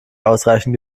ausreichend